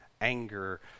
anger